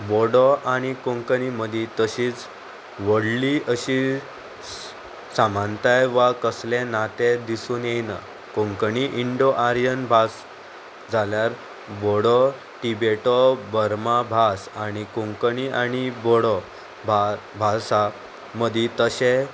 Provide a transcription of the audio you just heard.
बोडो आनी कोंकणी मदीं तशीच व्हडली अशी सामानताय वा कसले नातें दिसून येयना कोंकणी इंडो आर्यन भास जाल्यार बोडो टिबेटो बर्मा भास आनी कोंकणी आनी बोडो भा भास मदीं तशें